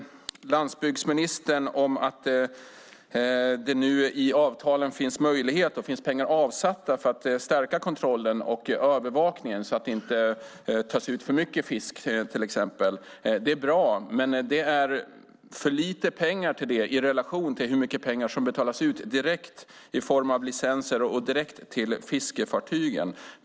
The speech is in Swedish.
Landsbygdsministern sade att det i avtalen finns möjlighet och pengar avsatta för att stärka kontrollen och övervakningen så att det till exempel inte tas ut för mycket fisk. Det är bra, men det är för lite pengar i relation till hur mycket pengar som betalas ut i form av licenser och direkt till fiskefartygen.